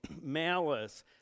malice